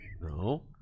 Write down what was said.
No